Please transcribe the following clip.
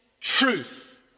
truth